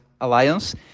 Alliance